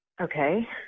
Okay